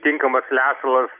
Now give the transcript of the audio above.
tinkamas lesalas